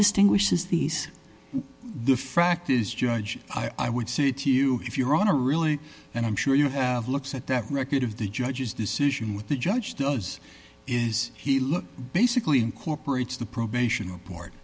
distinguishes these the fact is judge i would say to you if your honor really and i'm sure you have looks at that record of the judge's decision with the judge does is he look basically incorporates the probation